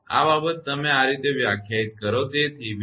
હવે આ બાબત તમે આ રીતે વ્યાખ્યાયિત કરો